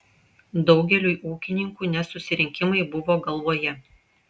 daugeliui ūkininkų ne susirinkimai buvo galvoje